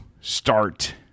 start